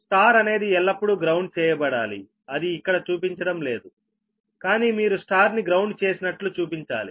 Y అనేది ఎల్లప్పుడూ ground చేయబడాలి అది ఇక్కడ చూపించడం లేదు కానీ మీరు Y ని గ్రౌండ్ చేసినట్లు చూపించాలి